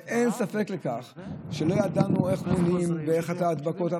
ואין ספק בכך שלא ידענו איך מונעים את ההדבקות,